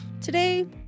Today